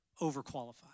overqualified